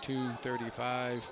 two thirty five